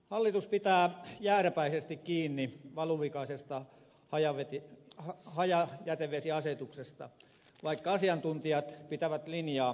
hallitus pitää jääräpäisesti kiinni valuvikaisesta hajajätevesiasetuksesta vaikka asiantuntijat pitävät linjaa järjettömänä